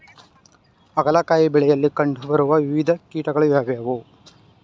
ಹಾಗಲಕಾಯಿ ಬೆಳೆಯಲ್ಲಿ ಕಂಡು ಬರುವ ವಿವಿಧ ಕೀಟಗಳು ಯಾವುವು?